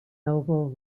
noble